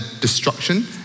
destruction